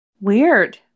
Weird